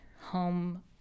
home